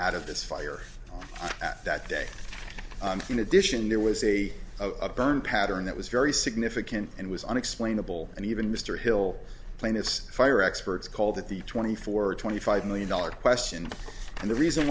out of this fire that day in addition there was a a burn pattern that was very significant and was unexplainable and even mr hill plaintiffs fire experts call that the twenty four twenty five million dollars question and the reason